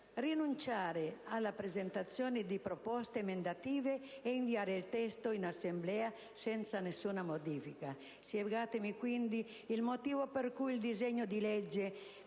rinunciare alla presentazione di proposte emendative e rinviare il testo in Assemblea senza alcuna modifica. Spiegatemi, quindi, il motivo per cui il disegno di legge,